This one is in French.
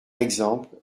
exemple